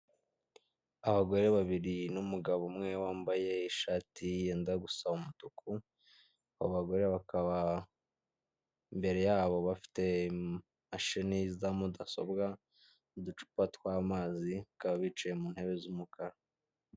Abagore babiri n'umugabo umwe wambaye ishati yenda gusa umutuku abagore bakaba imbere yabo bafite imashini za mudasobwa n'uducupa tw'amazi bakaba bicaye mu ntebe z'umukara.